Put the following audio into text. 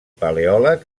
paleòleg